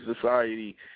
Society